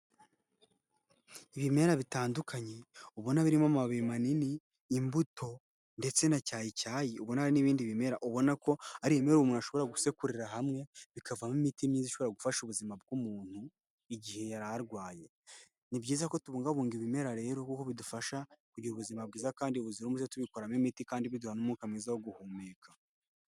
Ibimera bitandukanye ubona birimo amababi manini, imbuto ndetse na cyayi icyayi, ubona hari n'ibindi bimera ubona ko ari ibimera umuntu ashobora gusekurira hamwe, bikavamo imiti myiza ishobora gufasha ubuzima bw'umuntu igihe yari arwaye. Ni byiza ko tubungabunga ibimera rero kuko bidufasha kugira ubuzima bwiza kandi buzira umuze tubikuramo imiti kandi biduha n'umwuka mwiza wo guhumeka.